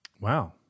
Wow